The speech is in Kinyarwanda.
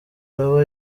araba